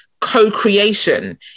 co-creation